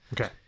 okay